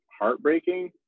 heartbreaking